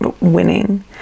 winning